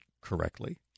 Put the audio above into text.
correctly